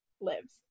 lives